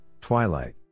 twilight